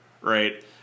right